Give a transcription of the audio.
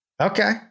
Okay